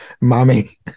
mommy